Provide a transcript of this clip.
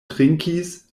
trinkis